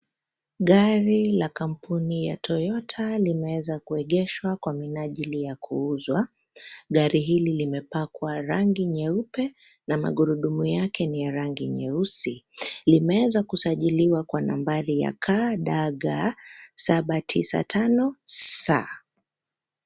Gari la kampuni ya toyota limeweza kuegeshwa kwa minajili ya kuuzwa, gari hili limepakwa rangi nyeupe na magurudumu yake ni ya rangi nyeusi limeweza kusajiliwa kwa nambari ya KDG 795 C.